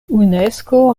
unesko